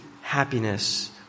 happiness